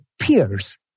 peers